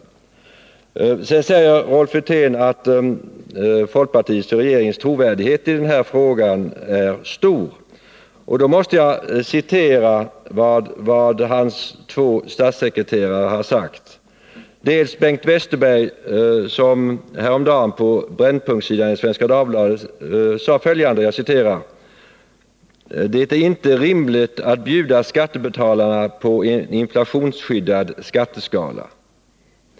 Rolf Wirtén säger vidare att folkpartiets och regeringens trovärdighet i den här frågan är stor. Det gör att jag måste citera vad hans två statssekreterare har sagt. På Brännpunktssidan i Svenska Dagbladet häromdagen sade Bengt Westerberg att det inte var rimligt att bjuda skattebetalarna på en inflationsskyddad skatteskala.